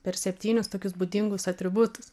per septynis tokius būdingus atributus